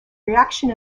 reaction